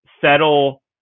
settle